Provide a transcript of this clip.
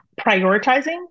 prioritizing